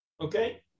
Okay